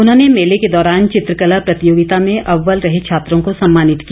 उन्होंने मेले के दौरान चित्रकला प्रतियोगिता में अव्वल रहे छात्रों को सम्मानित किया